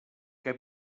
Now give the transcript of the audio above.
que